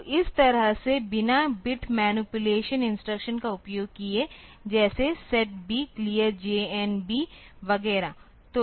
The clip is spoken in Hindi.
तो इस तरह से बिना बिट मैनीपुलेशन इंस्ट्रक्शन का उपयोग किए जैसे set B clear JNB वगैरह